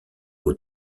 aux